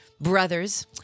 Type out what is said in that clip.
brothers